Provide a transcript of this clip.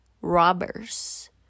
Robbers